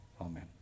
amen